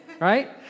right